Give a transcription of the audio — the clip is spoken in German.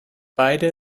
beide